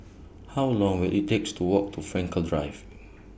How Long Will IT takes to Walk to Frankel Drive